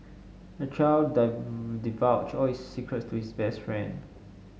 the child divulged all his secrets to his best friend